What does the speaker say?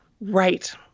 Right